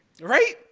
right